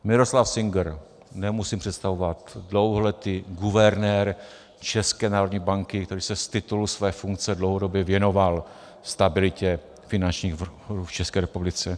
Miroslav Singer nemusím představovat, dlouholetý guvernér České národní banky, který se z titulu své funkce dlouhodobě věnoval stabilitě finančních toků v České republice.